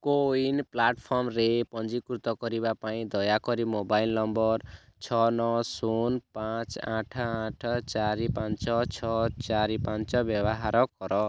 CoWIN ପ୍ଲାଟଫର୍ମରେ ପଞ୍ଜୀକୃତ କରିବା ପାଇଁ ଦୟାକରି ମୋବାଇଲ୍ ନମ୍ବର୍ ଛଅ ନଅ ଶୂନ ପାଞ୍ଚ ଆଠ ଆଠ ଚାରି ପାଞ୍ଚ ଛଅ ଚାରି ପାଞ୍ଚ ବ୍ୟବହାର କର